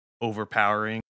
overpowering